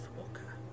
Walker